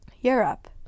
Europe